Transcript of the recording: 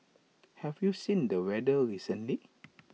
have you seen the weather recently